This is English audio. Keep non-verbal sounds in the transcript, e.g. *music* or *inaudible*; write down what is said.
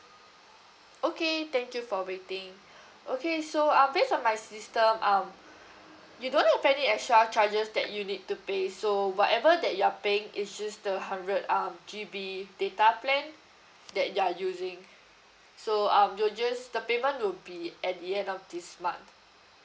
okay thank you for waiting *breath* okay so um based on my system um you don't have any extra charges that you need to pay so whatever that you are paying is just the hundred um G_B data plan that you are using so um you'll just the payment will be at the end of this month